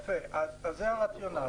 אז זה הרציונל.